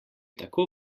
tako